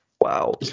Wow